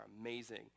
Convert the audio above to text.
amazing